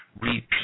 repeat